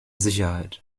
sicherheit